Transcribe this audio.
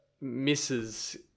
misses